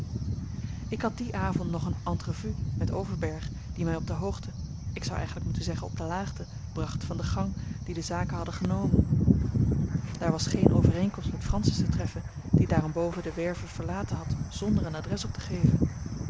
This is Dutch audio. ik had dien avond nog eene entrevue met overberg die mij op de hoogte ik zou eigenlijk moeten zeggen op de laagte bracht van den gang dien de zaken hadden genomen daar was geene overeenkomst met francis te treffen die daarenboven de werve verlaten had zonder een adres op te geven